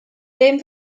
ddim